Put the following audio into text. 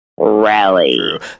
rally